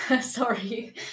sorry